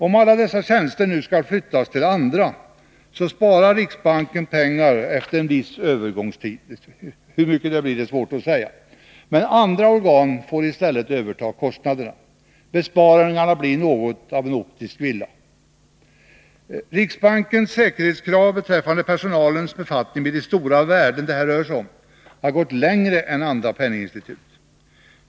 Om alla dessa tjänster nu skall flyttas till andra organ sparar riksbanken pengar efter en viss övergångstid — hur mycket det blir är svårt att säga — men dessa andra organ får i stället överta kostnaderna. Besparingarna blir något av en optisk villa. Riksbankens säkerhetskrav beträffande personalens befattning med de stora värden som det rör sig om har gått längre än andra penninginstituts.